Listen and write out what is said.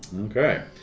Okay